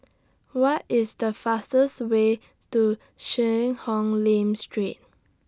What IS The fastest Way to Cheang Hong Lim Street